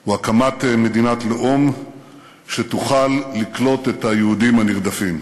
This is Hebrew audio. הוא הקמת מדינת לאום שתוכל לקלוט את היהודים הנרדפים.